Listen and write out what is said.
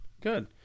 good